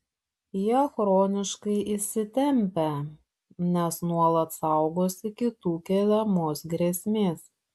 jie chroniškai įsitempę nes nuolat saugosi kitų keliamos grėsmės